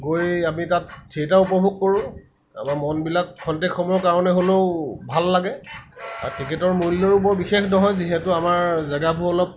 গৈ আমি তাত থিয়েটাৰ উপভোগ কৰোঁ আমাৰ মনবিলাক ক্ষন্তেক সময়ৰ কাৰণে হ'লেও ভাল লাগে আৰু টিকেটৰ মূল্যও বৰ বিশেষ নহয় যিহেতু আমাৰ জেগাবোৰ অলপ